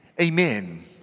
Amen